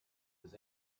his